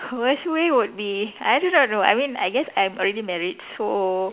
worst way would be I do not know I mean I guess I'm already married so